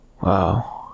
Wow